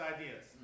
ideas